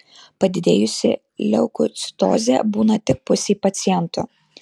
padidėjusi leukocitozė būna tik pusei pacientų